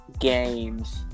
games